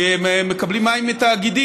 כי הם מקבלים מים מתאגידים.